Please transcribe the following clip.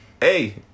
Hey